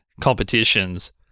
competitions